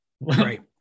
Right